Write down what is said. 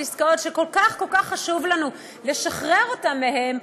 עסקאות שכל כך כל כך חשוב לנו לשחרר אותם מהן,